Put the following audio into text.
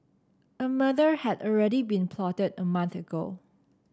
a murder had already been plotted a month ago